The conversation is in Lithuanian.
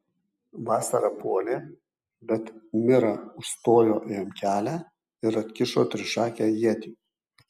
vasara puolė bet mira užstojo jam kelią ir atkišo trišakę ietį